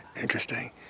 Interesting